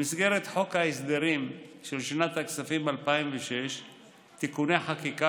במסגרת חוק ההסדרים של שנת הכספים 2006 (תיקוני חקיקה